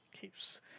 keeps